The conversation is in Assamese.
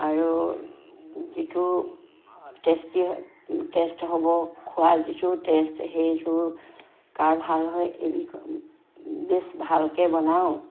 আৰু যিটো টেষ্টি টেষ্ট হয় খোৱা হ'ব যিটো টেষ্ট সেইটো কাৰ ভাল হয় এই বেচ ভালকৈ বনাওঁ